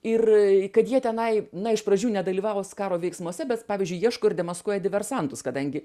ir kad jie tenai na iš pradžių nedalyvavus karo veiksmuose bet pavyzdžiui ieško ir demaskuoja diversantus kadangi